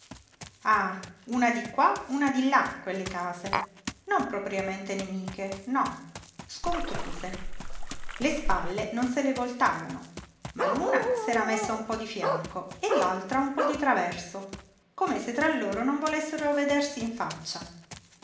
ah una di qua una di là quelle case non propriamente nemiche no scontrose le spalle non se le voltavano ma l'una s'era messa un po di fianco e l'altra un po di traverso come se tra loro non volessero vedersi in faccia